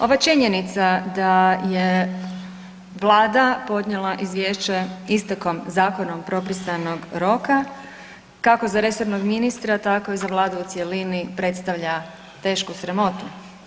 Ova činjenica da je vlada podnijela izvješće istekom zakonom propisanog roka kako za resornog ministra, tako i za vladu u cjelini predstavlja tešku sramotu.